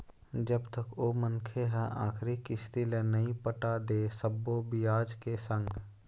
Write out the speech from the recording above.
जब तक ओ मनखे ह आखरी किस्ती ल नइ पटा दे सब्बो बियाज के संग